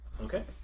Okay